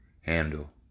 handle